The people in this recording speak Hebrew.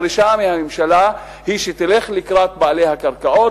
הדרישה מהממשלה היא שתלך לקראת בעלי הקרקעות,